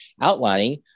outlining